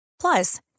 Plus